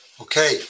Okay